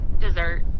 Dessert